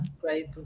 great